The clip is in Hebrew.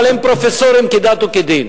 אבל הם פרופסורים כדת וכדין,